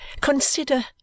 Consider—